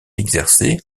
exercée